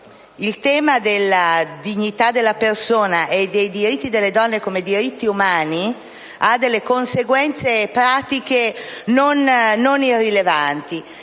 il tema della dignità della persona e dei diritti delle donne intesi come diritti umani ha conseguenze pratiche non irrilevanti.